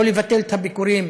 לא לבטל את הביקורים,